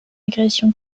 agression